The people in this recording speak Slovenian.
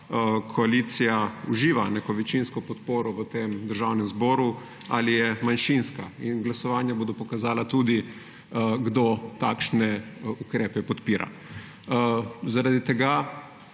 koalicija uživa neko večinsko podporo v Državnem zboru ali je manjšinska. In glasovanja bodo tudi pokazala, kdo takšne ukrepe podpira. Zaradi tega